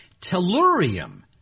tellurium